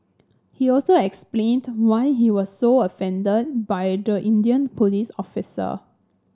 he also explained why he was so offended by the Indian police officer